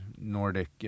nordic